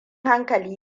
hankali